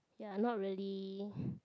they're not really